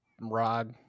rod